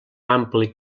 ampli